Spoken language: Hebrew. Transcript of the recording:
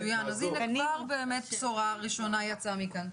מצוין, אז הנה כבר באמת בשורה ראשונה יצאה מכאן.